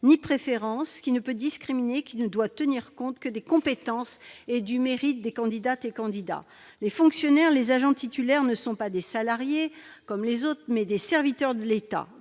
ni préférence, qui ne peut discriminer et qui ne doit tenir compte que des compétences et du mérite des candidates et candidats. Les fonctionnaires titulaires ne sont pas des salariés, mais des serviteurs de l'État.